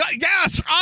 yes